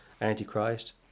Antichrist